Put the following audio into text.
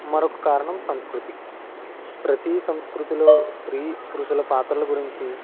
మరొక కారణం సంస్కృతి ప్రతీ సంస్కృతిలో స్త్రీ పురుషుల పాత్రల గురించి